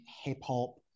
hip-hop